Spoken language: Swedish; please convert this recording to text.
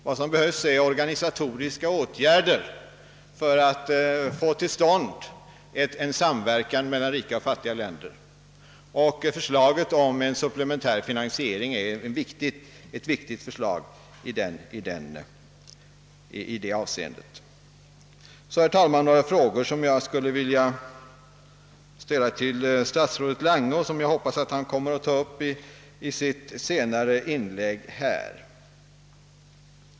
Vad som behövs är organisatoriska åtgärder för att få till stånd en samverkan mellan rika och fattiga länder. Förslaget om en supplementär finansiering är ett viktigt förslag i detta avseende. Jag har, herr talman, några frågor att ställa till statsrådet Lange, och jag hoppas att han tar upp dem i ett senare inlägg.